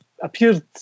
appeared